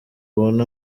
ubone